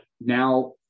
now